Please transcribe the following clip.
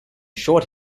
short